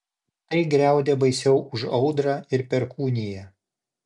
tai griaudė baisiau už audrą ir perkūniją